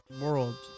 world